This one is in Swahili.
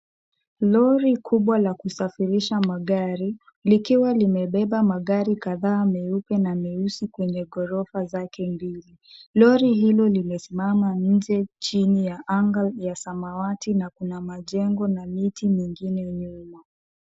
Lori kubwa la kusafirisha magari likiwa limebeba magari kadhaa meupe na meusi kwenye ghorofa zake mbili. Lori hilo limesimama nje chini ya anga ya samawati na kuna majengo na miti mingine mingi.